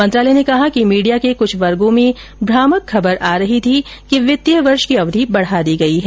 मंत्रालय ने कहा कि मीडिया के कुछ वर्गो में भ्रामक खबर आ रही थी कि वित्तीय वर्ष की अवधि बढा दी गई है